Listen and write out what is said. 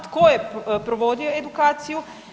Tko je provodio edukaciju?